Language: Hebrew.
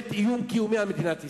באמת איום קיומי על מדינת ישראל,